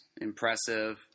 Impressive